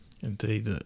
indeed